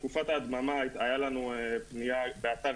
בתקופת ההדממה הייתה אפשרות לפניות באתר